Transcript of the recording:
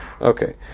Okay